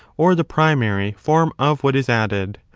or the primary, form of what is added.